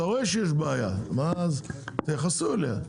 אתם רואים שיש בעיה, אז תתייחסו אליה.